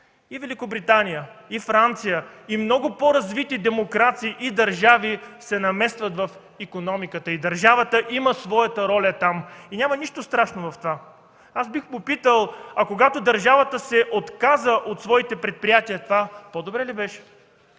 И Великобритания, и Франция, и много по-развити демокрации и държави се намесват в икономиката и държавата има своята роля там. Няма нищо страшно в това. Бих попитал: когато държавата се отказа от своите предприятия, това по-добре ли беше?!